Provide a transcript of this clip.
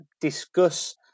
discuss